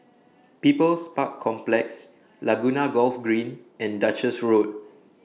People's Park Complex Laguna Golf Green and Duchess Road